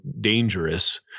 dangerous